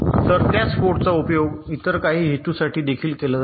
तर त्याच पोर्टचा उपयोग इतर काही हेतूंसाठी देखील केला जातो